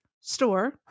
store